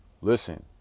listen